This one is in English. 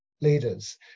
leaders